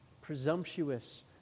Presumptuous